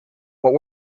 what